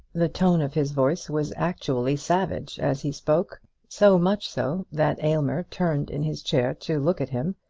the tone of his voice was actually savage as he spoke so much so that aylmer turned in his chair to look at him,